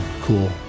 Cool